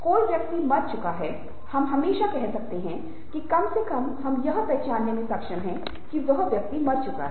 कोई व्यक्ति मर चुका है हम हमेशा कह सकते हैं कि कम से कम हम यह पहचानने में सक्षम हैं कि यह व्यक्ति मर चुका है